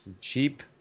Cheap